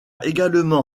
également